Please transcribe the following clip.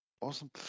Awesome